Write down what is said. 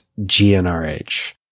GNRH